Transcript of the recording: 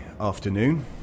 afternoon